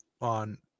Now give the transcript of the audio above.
on